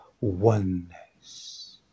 oneness